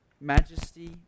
majesty